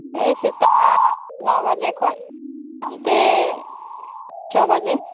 ᱦᱮᱸ ᱥᱮᱛᱟᱜ ᱱᱚ ᱵᱟᱡᱮ ᱠᱷᱚᱡ ᱚᱱᱛᱮ ᱪᱷᱚ ᱵᱟᱡᱮ